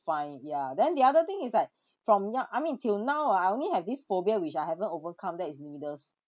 fine ya then the other thing is like from young I mean till now ah I only have this phobia which I haven't overcome that is needles